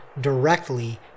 directly